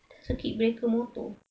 circuit breaker motor